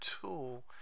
tool